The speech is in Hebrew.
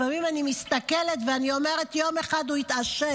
לפעמים אני מסתכלת ואני אומרת: יום אחד הוא יתעשת,